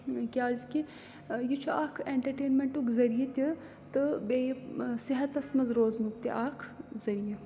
کیازِکہِ یہِ چھُ اَکھ ایٚنٹَرٹینمیٚنٹُک ذٔریعہِ تہِ تہٕ بیٚیہِ صحتَس منٛز روزنُک تہِ اَکھ ذٔریعہِ